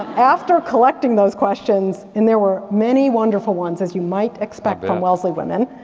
after collecting those questions, and there were many wonderful ones as you might expect from wellesley women,